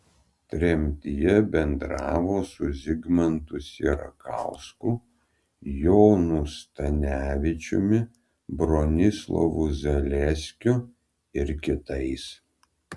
tremtyje bendravo su zigmantu sierakausku jonu stanevičiumi bronislovu zaleskiu ir kitais